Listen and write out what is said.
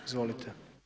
Izvolite.